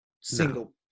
single